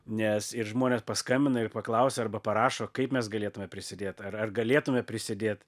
nes ir žmonės paskambina ir paklausia arba parašo kaip mes galėtume prisidėt ar ar galėtume prisidėt